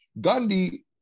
Gandhi